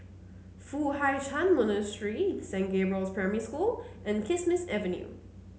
Foo Hai Ch'an Monastery Saint Gabriel's Primary School and Kismis Avenue